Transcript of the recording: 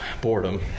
boredom